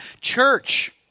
Church